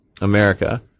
America